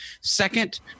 Second